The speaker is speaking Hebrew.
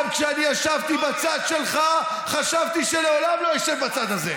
גם כשאני ישבתי בצד שלך חשבתי שלעולם לא אשב בצד הזה,